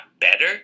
better